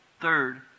Third